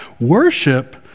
worship